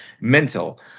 mental